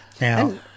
Now